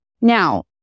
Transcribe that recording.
Now